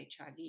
HIV